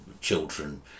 children